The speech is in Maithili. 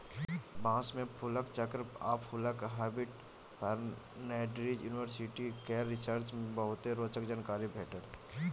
बाँस मे फुलक चक्र आ फुलक हैबिट पर नैजिंड युनिवर्सिटी केर रिसर्च मे बहुते रोचक जानकारी भेटल